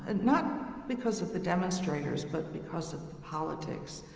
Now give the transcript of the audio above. and not because of the demonstrators but because of the politics.